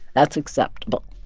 that's acceptable.